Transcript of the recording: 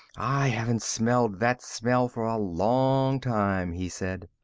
i haven't smelled that smell for a long time, he said.